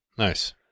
Nice